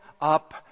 up